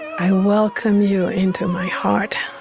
i welcome you into my heart.